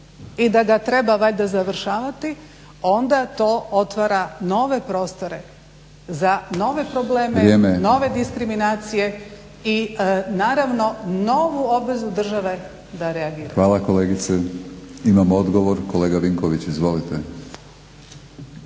i da ga treba valjda završavati onda to otvara nove prostore za nove probleme, nove diskriminacije i naravno novu obvezu države da reagira. **Batinić, Milorad (HNS)** Hvala kolegice. Imamo odgovor, kolega Vinković izvolite.